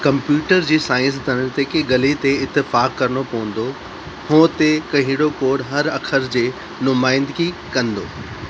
computer जी साइंसदाननि खे गाल्हि ते इतिफ़ाकु करिणो पवंदो हो त कहिड़ो कोड हर अख़र जे नुमाईंदगी कंदो